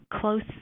Close